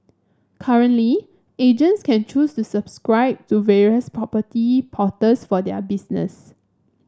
currently agents can choose to subscribe to various property porters for their business